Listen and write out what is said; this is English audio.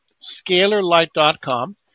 scalarlight.com